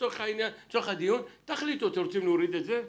לצורך הדיון: תחליטו אם אתם רוצים להוריד את זה,